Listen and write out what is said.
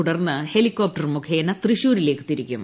തുടർന്ന് ഹെലികോപ്റ്റർ മുഖേന തൃശൂരിലേക്ക് തിരിക്കും